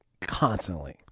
constantly